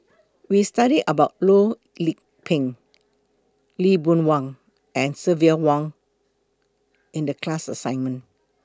We studied about Loh Lik Peng Lee Boon Wang and Silvia Yong in The class assignment